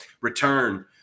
return